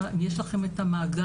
אם יש לכם את המאגר,